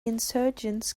insurgents